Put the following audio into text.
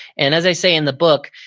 and as i say in the book,